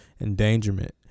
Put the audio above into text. endangerment